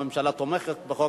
הממשלה תומכת בחוק,